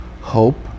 hope